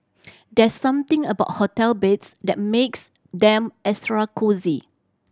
there's something about hotel beds that makes them extra cosy